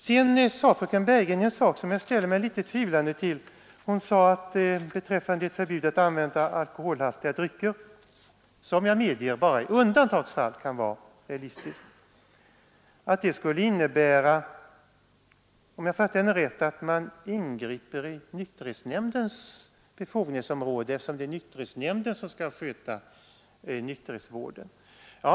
Vad sedan gäller förbudet att använda alkoholhaltiga drycker — som jag medger endast i undantagsfall kan vara realistiskt — sade fröken Bergegren någonting som jag ställer mig litet tvivlande till. Om jag uppfattade henne rätt menade hon att man här ingriper i nykterhetsnämndens befogenhetsområde, eftersom det är nykterhetsnämnden som skall sköta nykterhetsvården.